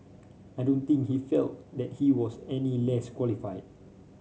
I don't think he felt that he was any less qualified